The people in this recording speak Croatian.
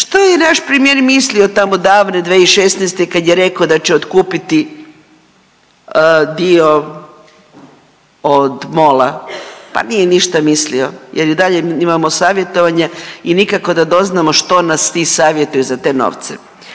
što je naš premijer mislio tamo davne 2016. kad je rekao da će otkupiti dio od MOL-a, pa nije ništa mislio jer i dalje imamo savjetovanje i nikako da doznamo što nas ti savjetuju za te novce.